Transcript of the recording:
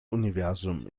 universum